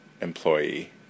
employee